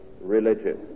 religious